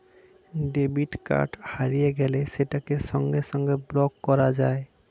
debit card হারিয়ে গেলে সেটাকে সঙ্গে সঙ্গে ব্লক করা যায়